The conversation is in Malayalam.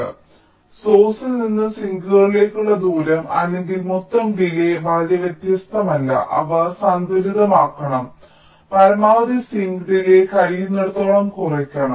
അതിനാൽ സോഴ്സ്ൽ നിന്ന് സിങ്കുകളിലേക്കുള്ള ദൂരം അല്ലെങ്കിൽ മൊത്തം ഡിലേയ്യ് വളരെ വ്യത്യസ്തമല്ല അവ സന്തുലിതമാക്കണം പരമാവധി സിങ്ക് ഡിലേയ്യ് കഴിയുന്നിടത്തോളം കുറയ്ക്കണം